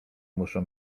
muszą